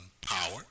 power